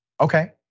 Okay